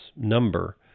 number